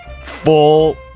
full-